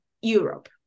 Europe